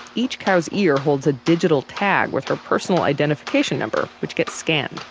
each cow's ear holds a digital tag with her personal identification number, which gets scanned.